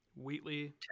Wheatley